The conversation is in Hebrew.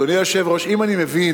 אדוני היושב-ראש, אם אני מבין